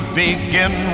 begin